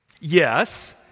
Yes